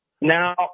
Now